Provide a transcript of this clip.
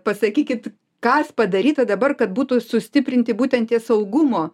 pasakykit kas padaryta dabar kad būtų sustiprinti būtent tie saugumo